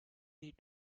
need